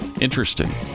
Interesting